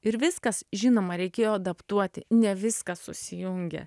ir viskas žinoma reikėjo adaptuoti ne viskas susijungia